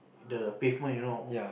the pavement you know